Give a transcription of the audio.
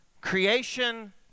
creation